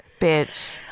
Bitch